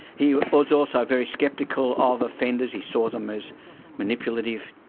he was also very sceptical of offenders, he saw them as manipulative,